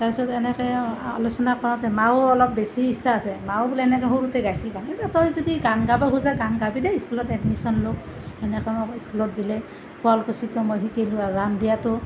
তাৰপিছত এনেকৈ আলোচনা কৰোঁতে মাৰো অলপ বেছি ইচ্ছা আছে মায়েও বোলে এনেকৈ সৰুতে গাইছিল গান এতিয়া তই যদি গান গাব খোজ গান গাবি দে স্কুলত এডমিশ্যন ল' এনেকৈ মোক স্কুলত দিলে শুৱালকুছিতো মই শিকিলোঁ আৰু ৰামদিয়াতো